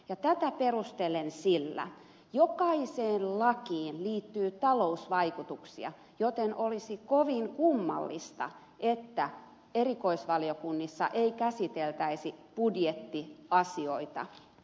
tätä perustelen sillä että jokaiseen lakiin liittyy talousvaikutuksia joten olisi kovin kummallista että erikoisvaliokunnissa ei käsiteltäisi budjettiasioita